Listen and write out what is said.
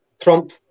trump